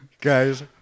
guys